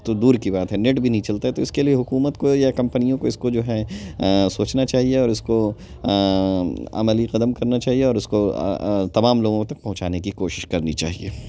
تو دور کی بات ہے نیٹ بھی نہیں چلتا ہے تو اس کے لیے حکومت کو یا کمپنیوں کو اس کو جو ہے سوچنا چاہیے اور اس کو عملی قدم کرنا چاہیے اور اس کو تمام لوگوں تک پہنچانے کی کوشش کرنی چاہیے